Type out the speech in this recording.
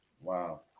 Wow